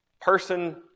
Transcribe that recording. person